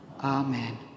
Amen